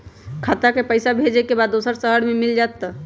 खाता के पईसा भेजेए के बा दुसर शहर में मिल जाए त?